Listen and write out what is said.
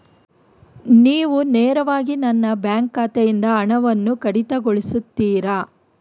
ನೀವು ನೇರವಾಗಿ ನನ್ನ ಬ್ಯಾಂಕ್ ಖಾತೆಯಿಂದ ಹಣವನ್ನು ಕಡಿತಗೊಳಿಸುತ್ತೀರಾ?